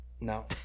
No